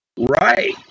Right